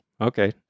Okay